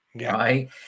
right